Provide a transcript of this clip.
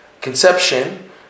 conception